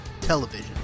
television